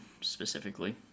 specifically